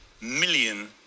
million